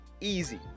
Easy